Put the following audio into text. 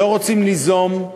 לא רוצים ליזום.